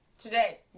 Today